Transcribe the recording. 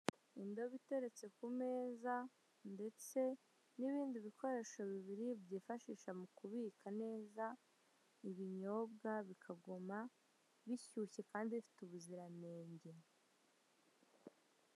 Indobo iteretse ku meza ndetse n'ibindi bikoresho bibiri byifashisha mu kubika neza ibinyobwa bikagoma bishyushye kandi bifite ubuziranenge.